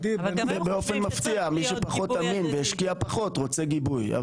באופן מפתיע מי שפחות אמין והשקיע פחות רוצה גיבוי.